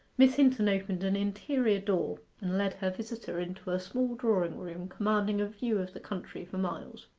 miss hinton opened an interior door and led her visitor into a small drawing-room commanding a view of the country for miles.